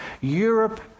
Europe